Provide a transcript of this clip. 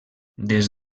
des